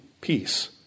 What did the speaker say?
peace